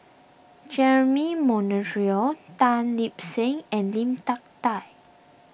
Jeremy Monteiro Tan Lip Seng and Lim Hak Tai